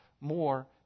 more